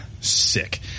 sick